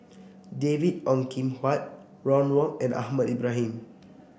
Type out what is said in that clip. David Ong Kim Huat Ron Wong and Ahmad Ibrahim